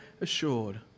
assured